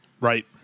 Right